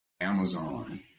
Amazon